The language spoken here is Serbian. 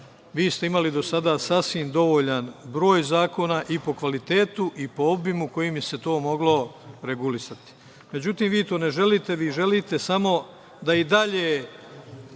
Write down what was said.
vi ste imali do sada sasvim dovoljan broj zakona i po kvalitetu i po obimu kojim bi se to moglo regulisati. Međutim vi to ne želite, vi želite samo da i dalje